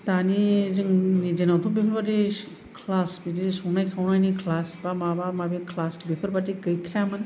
दानि जोंनि दिनावथ' बेफोरबायदि क्लास बिदि संनाय खावनायनि क्लास बा माबा माबि क्लास बेफोरबायदि गैखायामोन